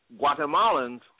Guatemalans